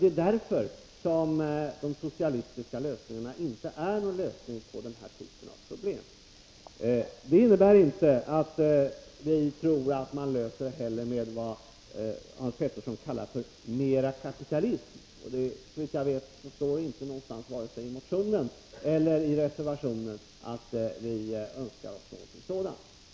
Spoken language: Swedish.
Det är därför de socialistiska lösningarna inte är några lösningar på den här typen av problem. Detta innebär inte att vi tror att man löser problemen med vad Hans Petersson i Hallstahammar kallar ”mer kapitalism”. Såvitt jag vet står det nte någonstans, vare sig i motionen eller reservationen, att vi önskar något sådant.